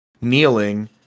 kneeling